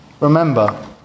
Remember